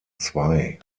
zwei